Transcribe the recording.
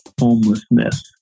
homelessness